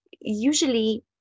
usually